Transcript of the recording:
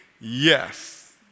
yes